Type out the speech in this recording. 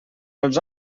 els